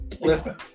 Listen